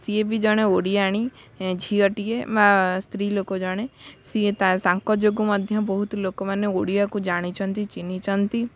ସିଏ ବି ଜଣେ ଓଡ଼ିଆଣୀ ଝିଅଟିଏ ବା ସ୍ତ୍ରୀ ଲୋକ ଜଣେ ସିଏ ତାଙ୍କ ଯୋଗୁଁ ମଧ୍ୟ ବହୁତ ଲୋକମାନେ ଓଡ଼ିଆକୁ ଜାଣିଛନ୍ତି ଚିହ୍ନିଛନ୍ତି